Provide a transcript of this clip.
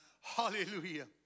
Hallelujah